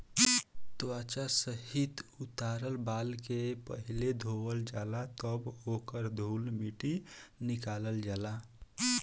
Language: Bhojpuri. त्वचा सहित उतारल बाल के पहिले धोवल जाला तब ओकर धूल माटी निकालल जाला